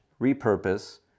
repurpose